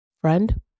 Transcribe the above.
Friend